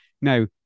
now